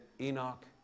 Enoch